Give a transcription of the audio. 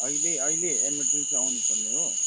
अहिले अहिले एमेर्जेन्सी आउनुपर्ने हो